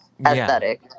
aesthetic